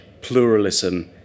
pluralism